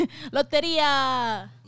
Loteria